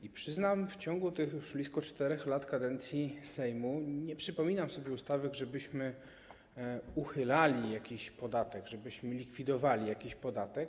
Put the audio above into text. I przyznam, w ciągu tych już blisko 4 lat kadencji Sejmu nie przypominam sobie ustawy, żebyśmy uchylali jakiś podatek, żebyśmy likwidowali jakiś podatek.